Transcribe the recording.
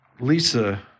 Lisa